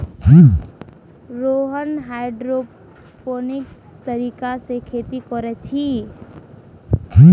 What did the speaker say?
Rohan hydroponics तरीका से खेती कोरे छे